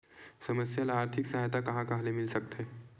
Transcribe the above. समस्या ल आर्थिक सहायता कहां कहा ले मिल सकथे?